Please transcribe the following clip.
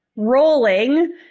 rolling